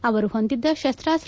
ಅವರು ಹೊಂದಿದ್ದ ಶಸ್ತಾಸ್ತ್ರ